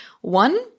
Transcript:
One